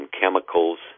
chemicals